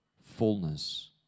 fullness